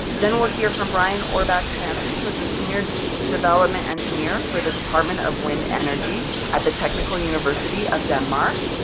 then we'll hear from brian ohrbeck hansen, who is the senior development engineer for the department of wind energy at the technical university of denmark.